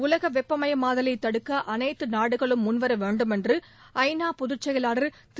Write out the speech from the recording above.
உலக வெப்பமயமாதலை தடுக்க அனைத்து நாடுகளும் முன்வர வேண்டும் என்று ஐநா பொதுச் செயலாளர் திரு